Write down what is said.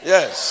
Yes